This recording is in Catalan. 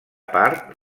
part